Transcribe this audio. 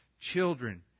children